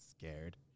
scared